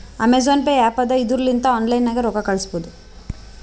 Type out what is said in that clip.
Amazon Pay app ಅದಾ ಇದುರ್ ಲಿಂತ ಆನ್ಲೈನ್ ನಾಗೆ ರೊಕ್ಕಾ ಕಳುಸ್ಬೋದ